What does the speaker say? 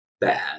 bad